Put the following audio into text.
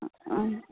ஆ